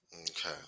Okay